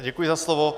Děkuji za slovo.